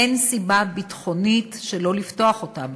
אין סיבה ביטחונית שלא לפתוח אותם.